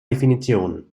definitionen